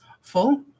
full